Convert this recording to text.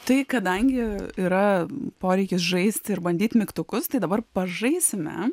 tai kadangi yra poreikis žaisti ir bandyt mygtukus tai dabar pažaisime